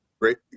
Great